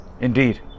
Indeed